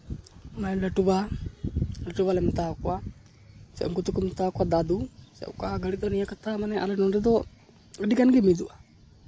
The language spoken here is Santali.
ᱞᱟᱹᱴᱩᱵᱟ ᱞᱟᱹᱴᱩᱵᱟ ᱞᱮ ᱢᱮᱛᱟᱣ ᱠᱚᱣᱟ ᱥᱮ ᱩᱱᱠᱩ ᱫᱚᱠᱚ ᱢᱮᱛᱟᱣ ᱠᱚᱣᱟ ᱫᱟᱹᱫᱩ ᱥᱮ ᱚᱠᱟ ᱜᱷᱟᱹᱲᱤ ᱫᱚ ᱱᱤᱭᱟᱹ ᱠᱟᱛᱷᱟ ᱢᱟᱱᱮ ᱟᱞᱮ ᱱᱚᱰᱮ ᱫᱚ ᱟᱹᱰᱤᱜᱟᱱ ᱜᱮ ᱢᱤᱫᱚᱜᱼᱟ